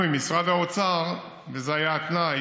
התברר לי דבר די מדהים,